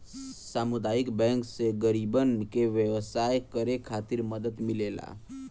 सामुदायिक बैंक से गरीबन के व्यवसाय करे खातिर मदद मिलेला